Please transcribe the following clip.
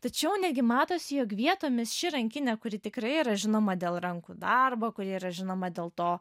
tačiau netgi matosi jog vietomis ši rankinė kuri tikrai yra žinoma dėl rankų darbo kuri yra žinoma dėl to